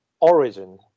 Origin